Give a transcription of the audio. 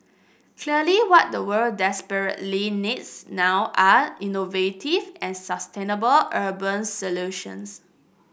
clearly what the world desperately needs now are innovative and sustainable urban solutions